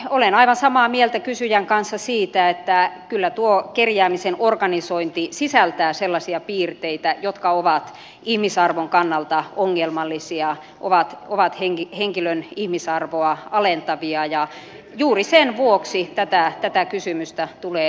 olen aivan samaa mieltä kysyjän kanssa siitä että kyllä tuo kerjäämisen organisointi sisältää sellaisia piirteitä jotka ovat ihmisarvon kannalta ongelmallisia ovat henkilön ihmisarvoa alentavia ja juuri sen vuoksi tätä kysymystä tulee selvittää